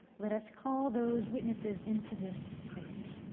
let us call those witnesses into this space.